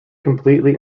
completely